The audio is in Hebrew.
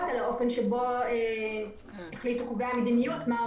האם תהיה ועדת חקירה ממלכתית ומה יהיו ההליכים המשפטיים.